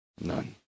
None